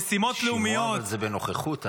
אבל אני לא על דוכן העדים.